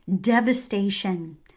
devastation